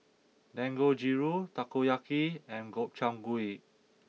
Dangojiru Takoyaki and Gobchang Gui